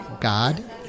God